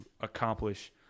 accomplish